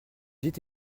dites